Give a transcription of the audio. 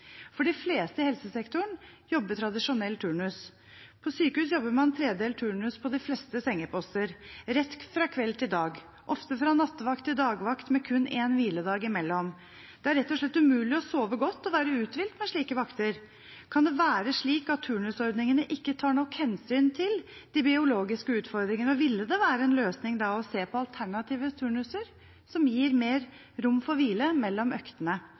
De fleste i helsesektoren jobber tradisjonell turnus. På sykehus jobber man tredelt turnus på de fleste sengeposter – rett fra kveld til dag, og ofte fra nattevakt til dagvakt med kun én hviledag imellom. Det rett og slett umulig å sove godt og være uthvilt med slike vakter. Kan det være slik at turnusordningene ikke tar nok hensyn til de biologiske utfordringene, og ville det være en løsning å se på alternative turnuser, som gir mer rom for hvile mellom øktene?